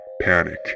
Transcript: Panic